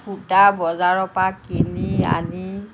সূতা বজাৰৰ পৰা কিনি আনি